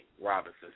Robinson